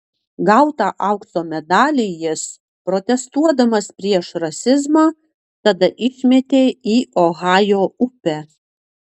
gautą aukso medalį jis protestuodamas prieš rasizmą tada išmetė į ohajo upę